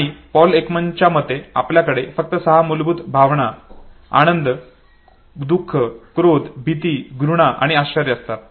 आणि पॉल एकमनच्या मते आपल्याकडे फक्त सहा मूलभूत भावना आनंद दुख क्रोध भीती घृणा आणि आश्चर्य असतात